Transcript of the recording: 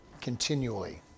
continually